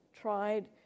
tried